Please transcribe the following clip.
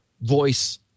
voice